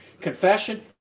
confession